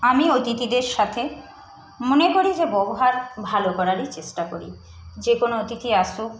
আমি অতিথিদের সাথে মনে করি যে ব্যবহার ভালো করারই চেষ্টা করি যে কোনও অতিথি আসুক